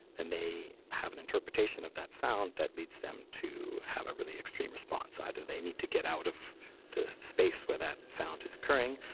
then they have an interpretation of that sound that leads them to have a really extreme response. either they need to get out of the space where that sound is occurring,